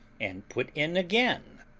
and put in again,